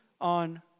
on